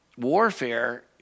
warfare